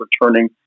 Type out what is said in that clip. returning